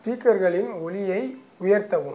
ஸ்பீக்கர்களின் ஒலியை உயர்த்தவும்